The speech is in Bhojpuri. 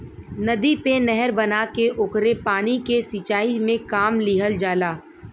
नदी पे नहर बना के ओकरे पानी के सिंचाई में काम लिहल जाला